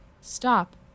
stop